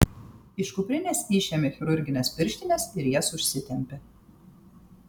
iš kuprinės išėmė chirurgines pirštines ir jas užsitempė